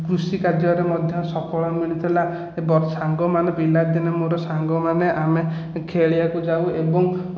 କୃଷିକାର୍ଯ୍ୟରେ ମଧ୍ୟ ସଫଳ ମିଳିଥିଲା ଏବଂ ସାଙ୍ଗମାନେ ପିଲାଦିନେ ମୋର ସାଙ୍ଗମାନେ ଆମେ ଖେଳିବାକୁ ଯାଉ ଏବଂ